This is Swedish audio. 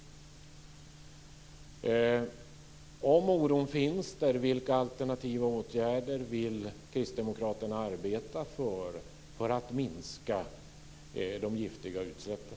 Om oron finns där, vilka alternativa åtgärder vill kristdemokraterna arbeta för i syfte att minska de giftiga utsläppen?